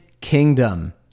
Kingdom